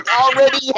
Already